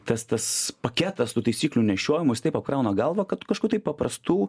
kas tas paketas tų taisyklių nešiojimas taip apkrauna galvą kad kažko tai paprastų